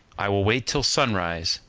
i will wait till sunrise,